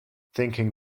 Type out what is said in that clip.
thinking